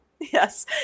Yes